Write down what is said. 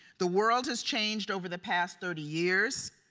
the world has changed over the past thirty years.